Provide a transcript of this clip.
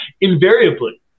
invariably